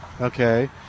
Okay